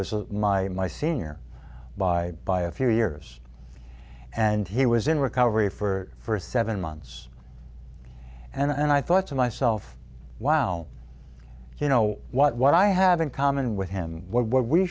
was a my my senior by by a few years and he was in recovery for for seven months and i thought to myself wow you know what what i have in common with him w